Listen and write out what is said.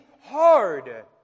hard